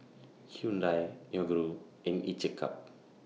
Hyundai Yoguru and Each A Cup